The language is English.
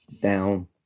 down